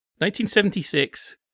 1976